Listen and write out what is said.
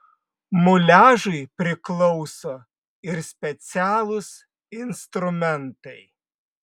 muliažui priklauso ir specialūs instrumentai